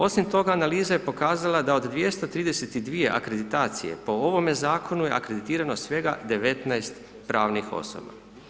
Osim toga, analiza je pokazala da od 232 akreditacije po ovome Zakonu je akreditirano svega 19 pravnih osoba.